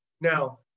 now